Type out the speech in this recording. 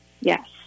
Yes